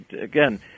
again